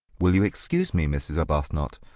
will you excuse me, mrs. arbuthnot?